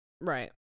Right